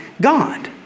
God